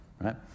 right